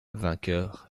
vainqueur